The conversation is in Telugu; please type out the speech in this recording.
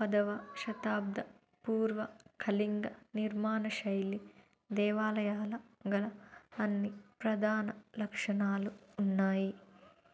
పదవ శతాబ్ద పూర్వ కళింగ నిర్మాణ శైలి దేవాలయాల గల అన్ని ప్రధాన లక్షణాలు ఉన్నాయి